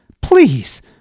please